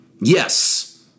Yes